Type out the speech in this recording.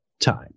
time